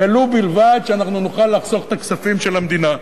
ולו בלבד שאנחנו נוכל לחסוך את הכספים של המדינה.